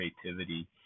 creativity